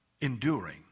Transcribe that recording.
enduring